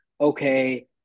okay